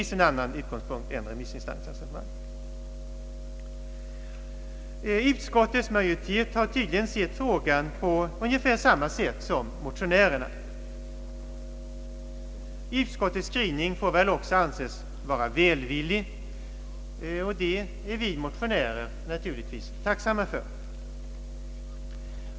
Utskottets majoritet har tydligen sett frågan på ungefär samma sätt som motionärerna. Utskottets skrivning får väl också anses vara välvillig, och det är vi motionärer naturligtvis tacksamma för.